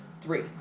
Three